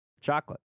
Chocolate